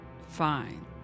fine